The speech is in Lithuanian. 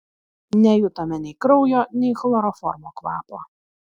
nejutome nei kraujo nei chloroformo kvapo